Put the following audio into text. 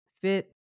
fit